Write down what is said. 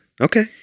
Okay